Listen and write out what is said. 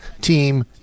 team